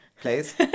please